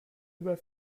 über